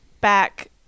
back